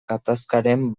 gatazkaren